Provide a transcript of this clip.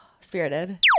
Spirited